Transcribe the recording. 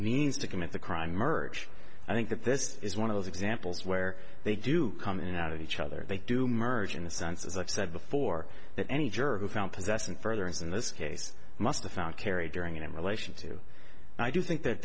means to commit the crime emerge i think that this is one of those examples where they do come in and out of each other they do merge in the sense as i've said before that any juror who found possessing further in this case must be found carry during in relation to i do think that